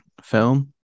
film